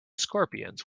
scorpions